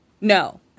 No